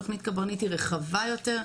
תוכנית קברניט רחבה יותר,